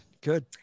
good